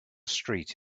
street